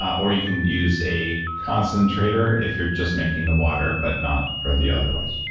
or you can use a concentrator, if you're just making the water, but not for the other ways